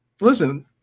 listen